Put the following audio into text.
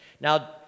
Now